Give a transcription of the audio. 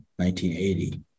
1980